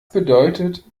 bedeutet